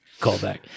Callback